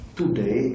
today